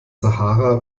sahara